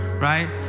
Right